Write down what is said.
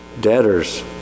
debtors